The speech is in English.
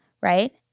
right